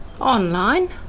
online